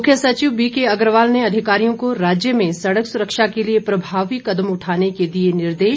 मुख्य सचिव बीके अग्रवाल ने अधिकारियों को राज्य में सड़क सुरक्षा के लिए प्रभावी कदम उठाने के दिए निर्देश